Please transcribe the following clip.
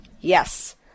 yes